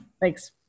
Thanks